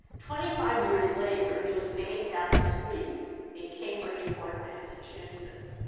twenty five years later, it was made down the street in cambridge port, massachusetts.